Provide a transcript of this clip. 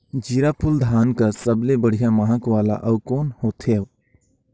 जीराफुल धान कस सबले बढ़िया महक वाला अउ कोन होथै?